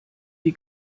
die